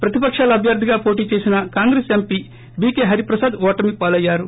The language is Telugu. ప్రతిపకాల అభ్యర్దిగా పోటీ చేసిన కాంగ్రెస్ ఎంపీ బీకే హరిప్రసాద్ ఓటమి పాలయ్యారు